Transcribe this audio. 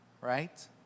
right